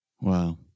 Wow